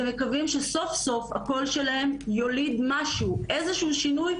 ומקווים שסוף-סוף הקול שלהם יוליד משהו: איזשהו שינוי,